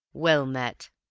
well met!